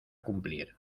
cumplir